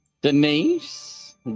denise